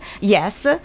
Yes